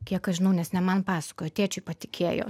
kiek aš žinau nes ne man pasakojo tėčiui patikėjo